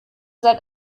seit